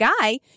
guy